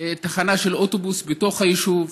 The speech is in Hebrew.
תחנה של אוטובוס בתוך היישוב,